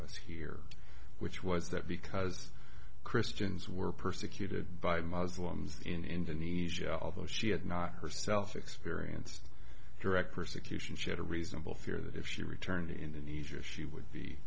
us here which was that because christians were persecuted by muslims in indonesia although she had not herself experience direct persecution she had a reasonable fear that if she returned in egypt she would be